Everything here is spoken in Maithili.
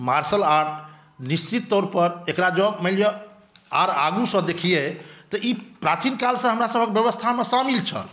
मार्शल आर्ट निश्चित तौर पर एक़रा जँ मानि लिअ जे आर आगूँसॅं देखियै तऽ ई प्राचीन कालसॅं हमरसभक व्यवस्थामे शामिल छल